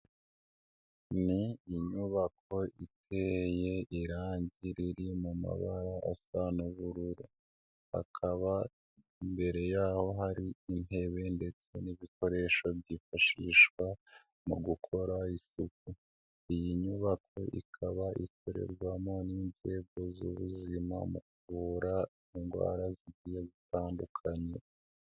ni inyubako iteye irangi riri mu mabara asa n'ubururu hakaba imbere yaho hari intebe ndetse n'ibikoresho byifashishwa mu gukora isuku. Iyi nyubako ikaba ikorerwamo n'inzego z'ubuzima mu kuvura indwara zigiye gutandukanye.